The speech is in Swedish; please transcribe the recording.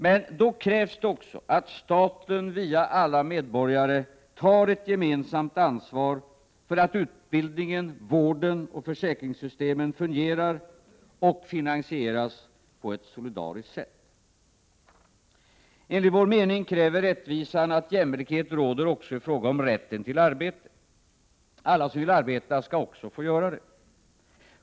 Men då krävs det också att staten via alla medborgare tar ett gemensamt ansvar för att utbildningen, vården och försäkringssystemen fungerar och finansieras på ett solidariskt sätt. I Enligt vår mening kräver rättvisan att jämlikhet råder också i fråga om rätten till arbete. Alla som vill arbeta skall också få göra det.